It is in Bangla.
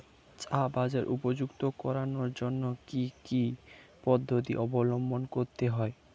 চা বাজার উপযুক্ত করানোর জন্য কি কি পদ্ধতি অবলম্বন করতে হয়?